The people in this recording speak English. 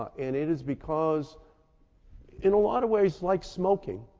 ah and it is because in a lot of ways, like smoking,